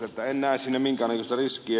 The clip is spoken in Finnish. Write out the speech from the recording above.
en näe siinä minkäännäköistä riskiä